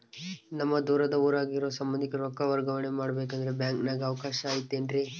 ನಮ್ಮ ದೂರದ ಊರಾಗ ಇರೋ ಸಂಬಂಧಿಕರಿಗೆ ರೊಕ್ಕ ವರ್ಗಾವಣೆ ಮಾಡಬೇಕೆಂದರೆ ಬ್ಯಾಂಕಿನಾಗೆ ಅವಕಾಶ ಐತೇನ್ರಿ?